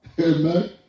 Amen